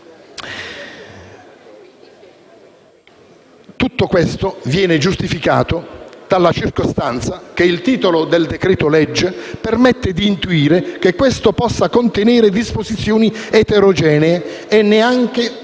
Tutto questo viene giustificato dalla circostanza che il titolo del decreto‑legge permette di intuire che esso possa contenere disposizioni eterogenee e neanche vagamente